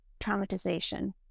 traumatization